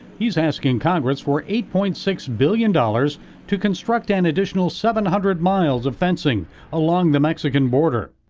he's asking congress for eight point six billion dollars to construct an additional seven hundred miles of fencing along the mexican border.